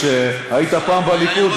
כשהיית פעם בליכוד,